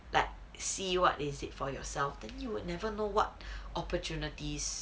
like see what it's like for yourself than you would never know what opportunities